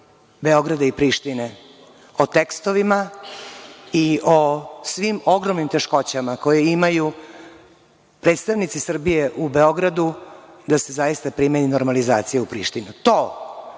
Beograda i Prištine, o tekstovima i o svim ogromnim teškoćama koje imaju predstavnici Srbije u Beogradu da se zaista primeni normalizacija u Prištini. To